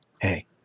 Hey